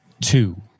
two